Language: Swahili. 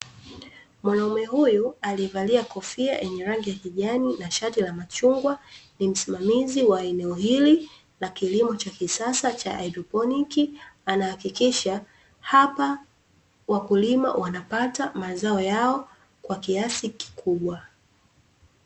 Mwanaume huyu aliyevalia kofia yenye rangi ya kijana na shati la machungwa, ni msimamizi wa eneo hili la kilimo cha kisasa cha hadroponi. Anahakikisha hapa wakulima wanapata mazao yao kwa kiasi kikubwa.